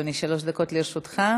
אדוני, שלוש דקות לרשותך.